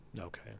Okay